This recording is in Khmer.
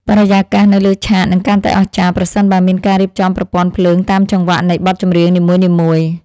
បរិយាកាសនៅលើឆាកនឹងកាន់តែអស្ចារ្យប្រសិនបើមានការរៀបចំប្រព័ន្ធភ្លើងតាមចង្វាក់នៃបទចម្រៀងនីមួយៗ។